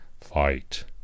fight